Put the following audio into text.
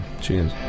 Cheers